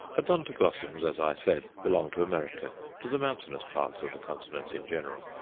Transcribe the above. odontoglossums, as i said, belong to america to the mountainous parts of the continent in general.